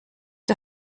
der